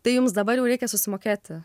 tai jums dabar jau reikia susimokėti